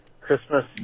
Christmas